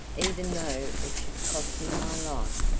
even though it should cost me my life.